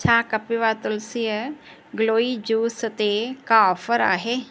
छा कपिवा तुलसीअ गिलोइ जूस ते का ऑफर आहे